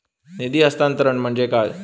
निधी हस्तांतरण म्हणजे काय?